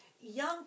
young